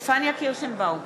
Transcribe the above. פניה קירשנבאום,